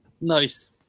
Nice